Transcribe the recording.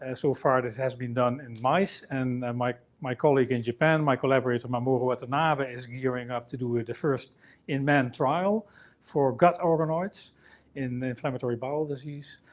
ah so far, this has been done in mice, and my my colleague in japan, my collaborate mamoru watanabe, is gearing up to do the first in-man trial for gut organoids in inflammatory bowel disease.